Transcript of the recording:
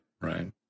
right